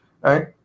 right